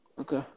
Okay